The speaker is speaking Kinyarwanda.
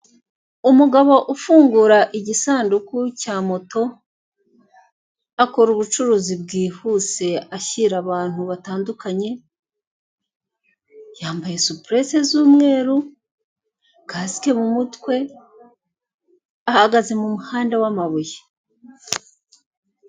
Umugabo ufungura igisanduku cya moto akora ubucuruzi bwihuse ashira abantu batandukanye yambaye supuresi zumweru kasike mu mutwe ahagaze mu muhanda w'amabuye.